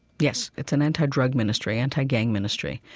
yes. it's an anti-drug ministry, anti-gang ministry.